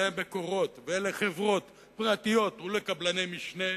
למקורות, לחברות פרטיות ולקבלני משנה,